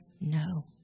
No